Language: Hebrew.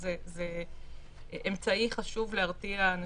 זה אמצעי חשוב להרתיע אנשים,